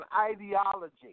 ideology